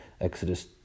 Exodus